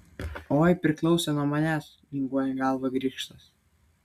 oi priklausė nuo manęs linguoja galvą grikštas